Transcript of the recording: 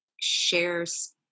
shares